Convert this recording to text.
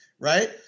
right